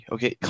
Okay